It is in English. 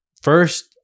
first